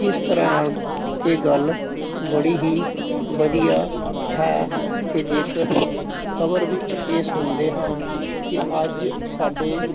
ਇਸ ਤਰ੍ਹਾਂ ਨਾਲ ਇਹ ਗੱਲ ਬੜੀ ਹੀ ਵਧੀਆ ਹੈ ਕਿ ਜੇਕਰ ਖਬਰ ਵਿੱਚ ਇਹ ਸੁਣਦੇ ਹਾਂ ਕਿ ਅੱਜ ਸਾਡੇ